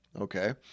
Okay